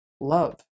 love